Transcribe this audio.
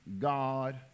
God